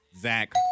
zach